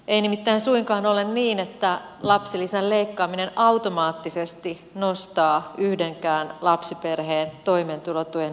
ei nimittäin suinkaan ole niin että lapsilisän leikkaaminen automaattisesti nostaa yhdenkään lapsiperheen toimeentulotuen määrää